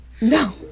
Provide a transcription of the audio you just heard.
No